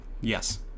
Yes